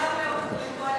מאוד לקואליציה.